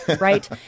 right